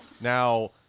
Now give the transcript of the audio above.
now